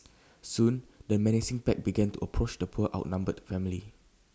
soon the menacing pack began to approach the poor outnumbered family